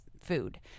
food